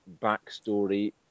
backstory